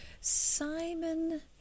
Simon